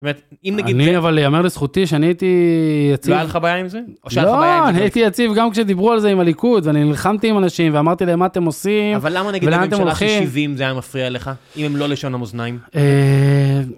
זאת אומרת, אם נגיד זה... אני אבל ייאמר לזכותי שאני הייתי יציב... לא היה לך בעיה עם זה? לא, אני הייתי יציב גם כשדיברו על זה עם הליכוד, ואני נלחמתי עם אנשים ואמרתי להם מה אתם עושים... אבל למה נגיד להם שהם אחי שבעים זה היה מפריע לך, אם הם לא לשון המאזניים?